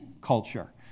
culture